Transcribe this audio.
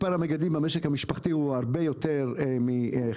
מספר המגדלים במשק המשפחתי הוא הרבה יותר מ-50%.